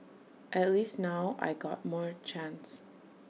at least now I got more chance